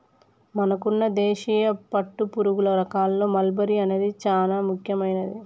మనకున్న దేశీయ పట్టుపురుగుల రకాల్లో మల్బరీ అనేది చానా ముఖ్యమైనది